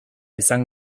izan